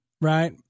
right